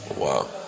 Wow